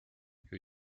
who